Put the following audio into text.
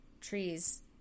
trees